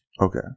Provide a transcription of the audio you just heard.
Okay